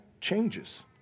changes